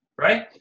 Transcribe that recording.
right